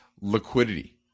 liquidity